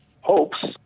hopes